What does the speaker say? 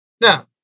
now